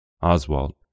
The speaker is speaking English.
Oswald